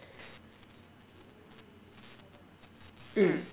mm